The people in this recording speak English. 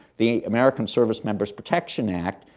the american service-members' protection act,